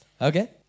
Okay